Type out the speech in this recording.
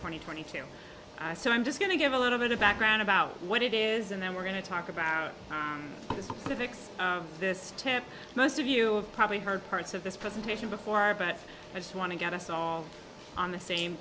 twenty twenty two so i'm just going to give a little bit of background about what it is and then we're going to talk about this to fix this most of you probably heard parts of this presentation before but i just want to get us all on the same